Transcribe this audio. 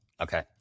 Okay